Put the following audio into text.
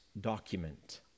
document